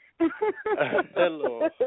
Hello